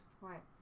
Right